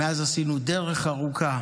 ומאז עשינו דרך ארוכה